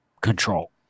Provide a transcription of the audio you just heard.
control